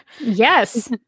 Yes